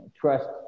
trust